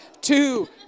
two